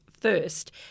first